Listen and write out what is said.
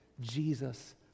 Jesus